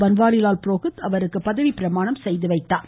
பன்வாரிலால் புரோகித் அவருக்கு பதவி பிரமாணம் செய்து வைத்தார்